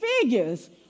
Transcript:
figures